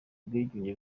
bwigunge